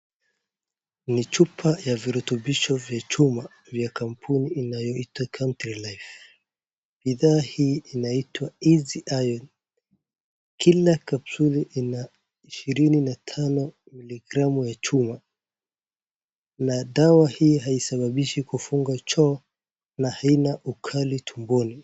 Ni chupa vya virutubisho vya chuma vya kampuni inayoitwa Country life bidhaa hii inaitwa Easy Iron kila capsuli ina ishirini na tano milligramu ya chuma na dawa hii haisababishi kufungwa choo na haina ukali tumboni.